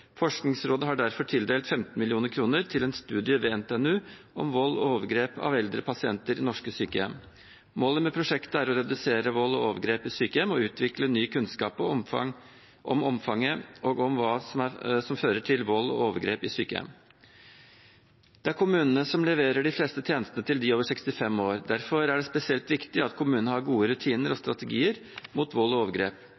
derfor tildelt 15 mill. kr til en studie ved NTNU om vold og overgrep mot eldre pasienter i norske sykehjem. Målet med prosjektet er å redusere vold og overgrep i sykehjem og utvikle ny kunnskap om omfanget og om hva som fører til vold og overgrep i sykehjem. Det er kommunene som leverer de fleste tjenestene til dem over 65 år. Derfor er det spesielt viktig at kommunene har gode rutiner og